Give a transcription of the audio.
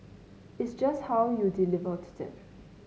it's just how you deliver to them